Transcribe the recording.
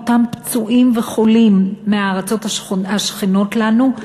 אותם פצועים וחולים מהארצות השכנות לנו,